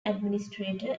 administrator